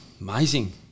amazing